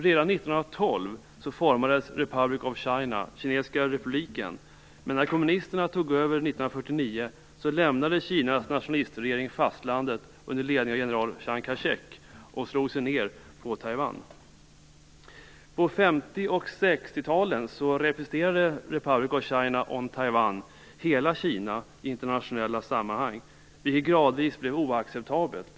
Redan 1912 formades ROC, Republic of China - kinesiska republiken. Men när kommunisterna 1949 tog över lämnade Kinas nationalistregering fastlandet under ledning av general Chiang Kai-shek och slog sig ned i Taiwan. På 1950 och 1960-talen representerade Republic of China hela Kina i internationella sammanhang, vilket gradvis blev oacceptabelt.